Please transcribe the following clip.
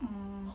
oh